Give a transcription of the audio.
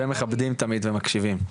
ומכבדים תמיד, ומקשיבים.